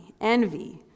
envy